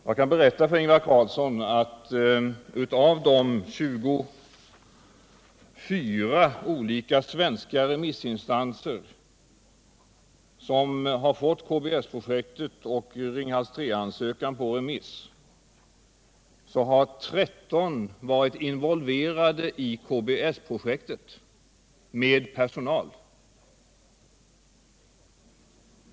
Jag kan berätta för Ingvar Carlsson att av de 24 olika svenska remissinstanser, som har fått KBS-projektet och Ringhals 3-ansökan på remiss, har 13 varit involverade i KBS-projektet med personal.